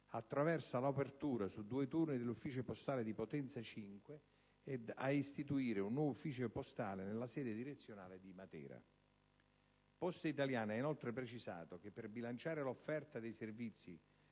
attraverso l'apertura su due turni dell'ufficio postale di Potenza 5, e ad istituire un nuovo ufficio postale nella sede direzionale di Matera. Poste italiane ha inoltre precisato che, per bilanciare l'offerta dei servizi